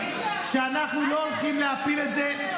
שאנחנו לא הולכים להפיל את זה.